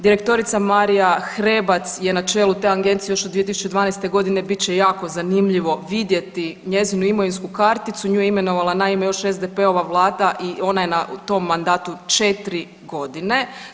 Direktorica Marija Hrebac je na čelu te agencije još od 2012. godine bit će jako zanimljivo vidjeti njezinu imovinsku karticu, nju je imenovala naime još SDP-ova vlada i ona je na tom mandatu 4 godine.